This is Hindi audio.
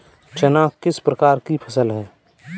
चना किस प्रकार की फसल है?